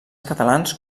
catalans